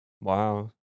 Wow